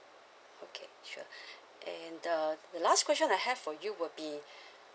okay sure and the the last question I have for you will be